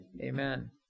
Amen